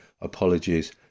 apologies